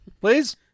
Please